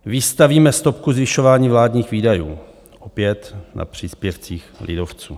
Vystavíme stopku zvyšování vládních výdajů, opět na příspěvcích lidovců.